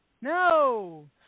No